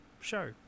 show